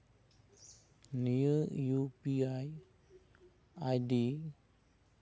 ᱱᱤᱭᱟᱹ U P I ID